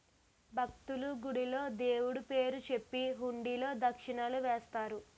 భక్తులు, గుడిలో దేవుడు పేరు చెప్పి హుండీలో దక్షిణలు వేస్తారు